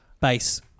base